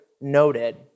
noted